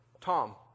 Tom